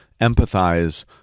empathize